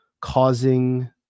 causing